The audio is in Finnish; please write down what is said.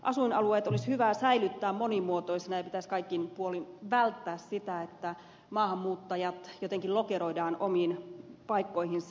asuinalueet olisi hyvä säilyttää monimuotoisina ja pitäisi kaikin puolin välttää sitä että maahanmuuttajat jotenkin lokeroidaan omiin paikkoihinsa